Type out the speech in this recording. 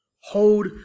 Hold